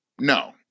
No